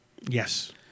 Yes